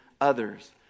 others